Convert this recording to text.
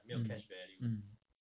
mm mm